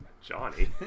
Johnny